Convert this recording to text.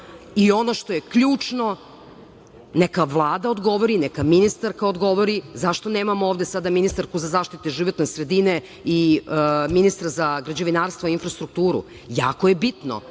što je ključno, neka Vlada odgovori, neka ministarka odgovori. Zašto nemamo ovde ministarku za zaštitu životne sredine i ministra za građevinarstvo i infrastrukturu? Jako je bitno